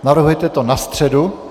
Navrhujete to na středu?